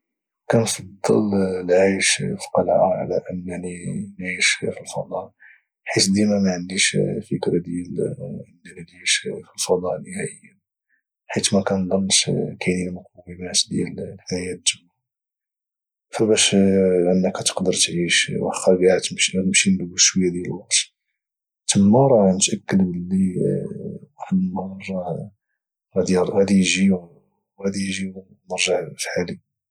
كنفضل العيش في قلعة على انني نعيش في الفضاء حيت ديما معنديش فكرة ديال انني نعيش في الفضاء نهائيا حيت مكنضنش كاينين مقومات ديال الحياة تما في باش انك تقدر تعيش وخا كاع نمشي ندوز شوية ديال الوقت تما راه انا متاكد بلي واحد النهار راه غادي يجي نرجع فحالي